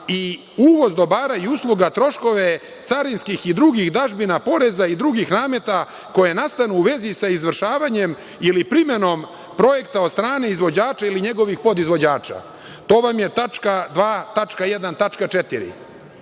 i uvoz dobara i usluga, troškove carinskih i drugih dažbina poreza i drugih nameta koji nastanu u vezi sa izvršenjem ili primenom projekta od strane izvođača ili podizvođača, to vam je tačka 2.1.4.Dakle,